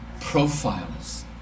profiles